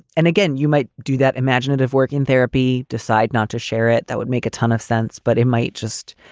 and again, you might do that imaginative work in therapy, decide not to share it. that would make a ton of sense, but it might just